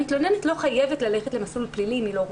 המתלוננת לא חייבת ללכת למסלול פלילי אם היא לא רוצה.